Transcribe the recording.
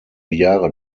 jahre